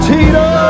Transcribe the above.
Tito